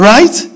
Right